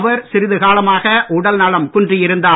அவர் சிறிது காலமாக உடல்நலம் குன்றியிருந்தார்